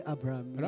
Abraham